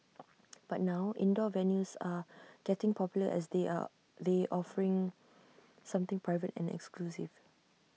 but now indoor venues are getting popular as they are they offer something private and exclusive